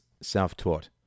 self-taught